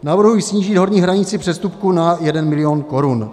Navrhuji snížit horní hranici přestupku na jeden milion korun.